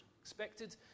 expected